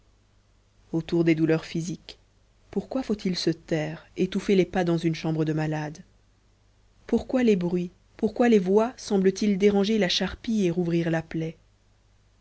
autour des douleurs physiques pourquoi faut-il se taire étouffer les pas dans une chambre de malade pourquoi les bruits pourquoi les voix semblent-ils déranger la charpie et rouvrir la plaie